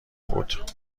بود